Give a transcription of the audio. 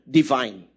divine